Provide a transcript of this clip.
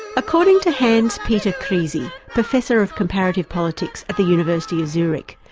according to hanspeter kriersi, professor of comparative politics at the university of zurich,